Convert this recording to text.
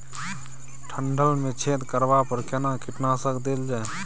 डंठल मे छेद करबा पर केना कीटनासक देल जाय?